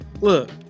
look